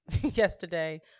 yesterday